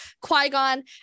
Qui-Gon